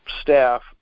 staff